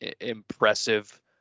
impressive